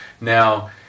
Now